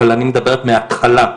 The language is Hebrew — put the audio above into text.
אבל אני מדברת מההתחלה,